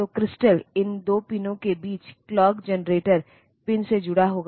तो क्रिस्टल इन 2 पिनों के बीच क्लॉक जनरेटर पिन से जुड़ा होगा